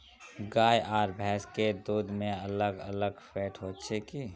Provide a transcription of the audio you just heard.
गाय आर भैंस के दूध में अलग अलग फेट होचे की?